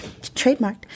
Trademarked